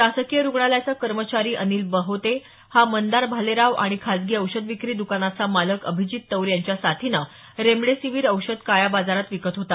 शासकीय रुग्णालयाचा कर्मचारी अनिल बहोते हा मंदार भालेराव आणि खाजगी औषधी विक्री दुकानाचा मालक अभिजीत तौर यांच्या साथीनं रेमडेसिवीर औषध काळ्या बाजारात विकत होता